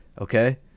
okay